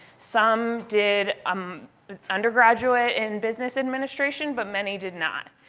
some did um undergraduate in business administration, but many did not.